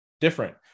different